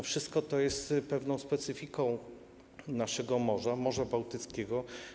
Wszystko to jest pewną specyfiką naszego morza, Morza Bałtyckiego.